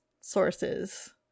sources